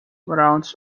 routes